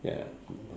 ya